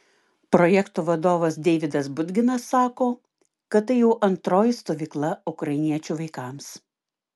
projekto vadovas deividas budginas sako kad tai jau antroji stovykla ukrainiečių vaikams